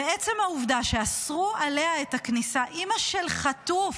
ועצם העובדה שאסרו עליה את הכניסה, אימא של חטוף,